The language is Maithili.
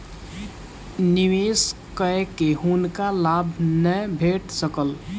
निवेश कय के हुनका लाभ नै भेट सकल